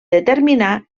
determinar